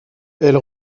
elle